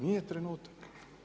Nije trenutak.